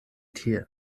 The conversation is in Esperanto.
tie